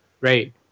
right